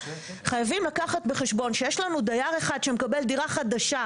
חייבים לקחת בחשבון שיש לנו דייר אחד שמקבל דירה חדשה